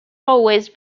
always